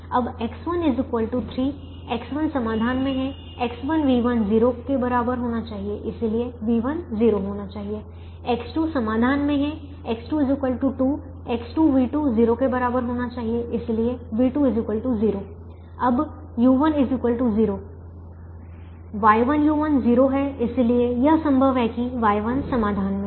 अब X1 3 X1 समाधान में है X1v1 0 के बराबर होना चाहिए इसलिए v1 0 होना चाहिए X2 समाधान में है X2 2 X2v2 0 के बराबर होना चाहिए इसलिए v2 0 अब u1 0 Y1u1 0 है इसलिए यह संभव है कि Y1 समाधान में है